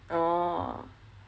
orh